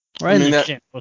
Right